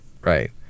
Right